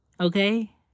Okay